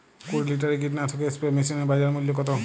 কুরি লিটারের কীটনাশক স্প্রে মেশিনের বাজার মূল্য কতো?